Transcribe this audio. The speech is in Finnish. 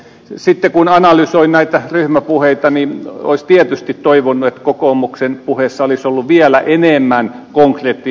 sitten kun analysoi näitä ryhmäpuheita niin olisi tietysti toivonut että kokoomuksen puheessa olisi ollut vielä enemmän konkretiaa